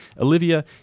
Olivia